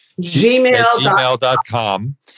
gmail.com